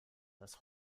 das